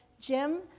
Jim